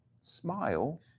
Smile